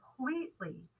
completely